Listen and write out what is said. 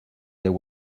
there